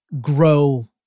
grow